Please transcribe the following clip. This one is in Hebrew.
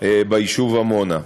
ביישוב עמונה.